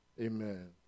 Amen